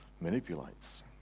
manipulates